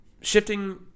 Shifting